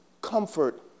comfort